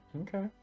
okay